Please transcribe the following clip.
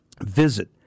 Visit